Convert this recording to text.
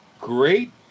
great